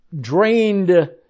drained